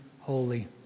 holy